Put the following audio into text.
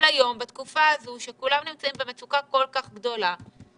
אבל היום, כשכולם נמצאים במצוקה כל כך גדולה,